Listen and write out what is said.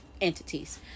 entities